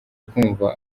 kumva